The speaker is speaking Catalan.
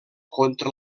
contra